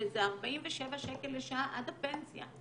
וזה 47 שקל לשעה עד הפנסיה.